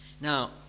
Now